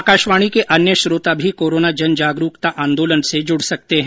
आकाशवाणी के अन्य श्रोता भी कोरोना जनजागरुकता आंदोलन से जुड सकते हैं